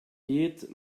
geht